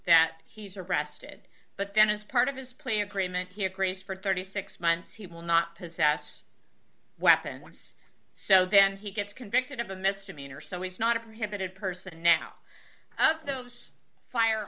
that he's arrested but then as part of his play agreement here brace for thirty six months he will not possess weapons so then he gets convicted of a misdemeanor so he's not a prohibited person now those